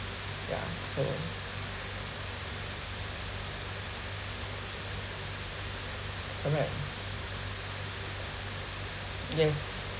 ya so correct yes